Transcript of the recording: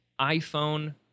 iPhone